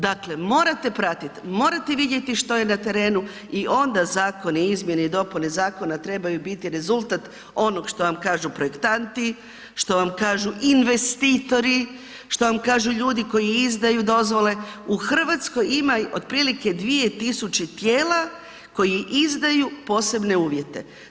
Dakle morate pratit, morate vidjeti što je na terenu i onda zakon, izmjene i dopune zakona, trebaju biti rezultat onog što vam kažu projektanti, što vam kažu investitori, što vam kažu ljudi koji izdaju dozvole, u Hrvatskoj ima otprilike 2000 tijela koji izdaju posebne uvjete.